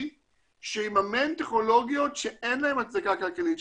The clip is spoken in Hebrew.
שיממן טכנולוגיות שאין להן הצדקה כלכלית,